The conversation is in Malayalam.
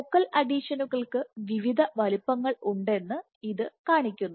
ഫോക്കൽ അഡീഷനുകൾക്ക് വിവിധ വലുപ്പങ്ങൾ ഉണ്ടെന്ന് ഇത് കാണിക്കുന്നു